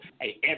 hey